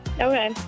Okay